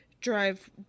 drive